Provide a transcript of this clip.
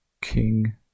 King